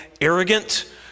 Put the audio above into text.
arrogant